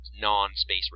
non-space